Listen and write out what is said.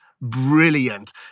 brilliant